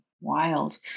wild